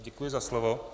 Děkuji za slovo.